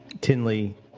Tinley